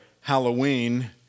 Halloween